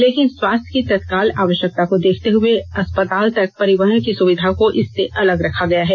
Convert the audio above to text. लेकिन स्वास्थ्य की तत्काल आवश्यकता को देखते हुए अस्पताल तक परिवहन की सुविधा को इससे अलग रखा गया है